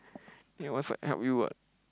think one side help you what